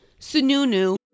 Sununu